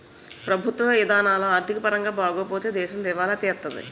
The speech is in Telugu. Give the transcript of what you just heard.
ప్రభుత్వ ఇధానాలు ఆర్థిక పరంగా బాగోపోతే దేశం దివాలా తీత్తాది